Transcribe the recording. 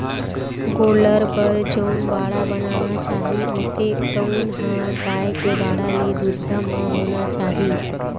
गोल्लर बर जउन बाड़ा बनाना चाही होथे तउन ह गाय के बाड़ा ले दुरिहा म होना चाही